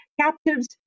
Captives